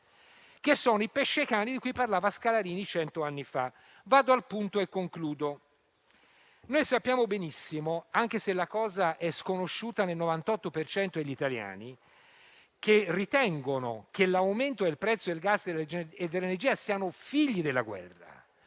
che sono i pescecani di cui parlava Scalarini cent'anni fa. Vado al punto e concludo. Sappiamo benissimo, anche se la cosa è sconosciuta al 98 per cento degli italiani, i quali ritengono che l'aumento del prezzo del gas e dell'energia siano figli della guerra,